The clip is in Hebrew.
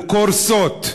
קורסות.